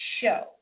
show